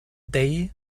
day